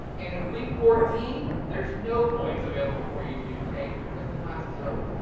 and in week fourteen there's no points available for you to take because the class is over.